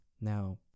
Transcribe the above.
Now